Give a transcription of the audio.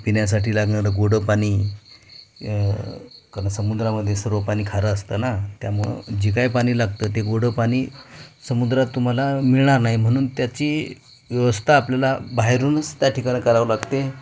पिण्यासाठी लागणारं गोडं पाणी कारण समुद्रामध्ये सर्व पाणी खारं असताना त्यामुळं जे काय पाणी लागतं ते गोडं पाणी समुद्रात तुम्हाला मिळणार नाही म्हणून त्याची व्यवस्था आपल्याला बाहेरूनच त्या ठिकाणी करावं लागते